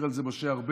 הזהיר על זה משה ארבל,